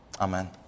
Amen